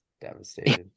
devastated